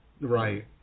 Right